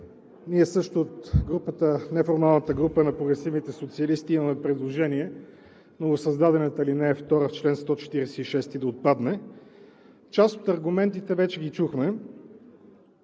Ние също от неформалната група на прогресивните социалисти имаме предложение новосъздадената ал. 2 в чл. 146 да отпадне. Част от аргументите вече ги чухме.